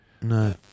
No